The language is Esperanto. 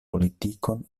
politikon